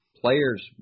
players